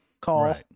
call